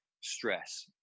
stress